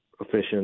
efficient